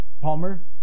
Palmer